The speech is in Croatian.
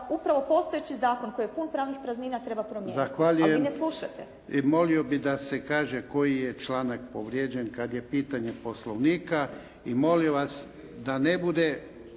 upravo postojeći zakon koji je pun pravnih praznina treba promijeniti. Ali vi ne slušate. **Jarnjak, Ivan (HDZ)** I molio bih da se kaže koji je članak povrijeđen kad je pitanje poslovnika. I molim vas da ne bude